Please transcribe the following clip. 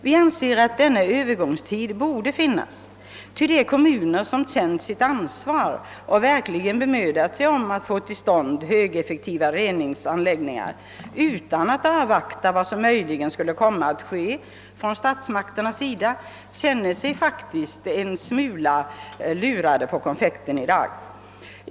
Vi anser att denna övergångstid borde finnas, ty de kommuner som känt sitt ansvar och verkligen bemödat sig om att få tillstånd högeffektiva reningsanläggningar utan att avvakta vad som möjligen skulle komma att göras från statsmakternas sida känner sig faktiskt en smula lurade på konfekten i dag.